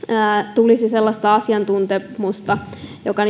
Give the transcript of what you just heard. tulisi sellaista asiantuntemusta joka